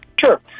Sure